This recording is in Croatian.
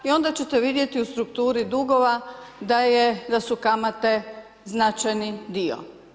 I onda ćete vidjeti u strukturi dugova da je, da su kamate značajni dio.